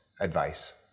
advice